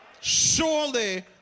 Surely